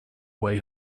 way